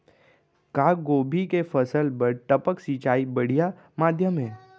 का गोभी के फसल बर टपक सिंचाई बढ़िया माधयम हे?